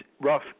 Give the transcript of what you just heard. Rough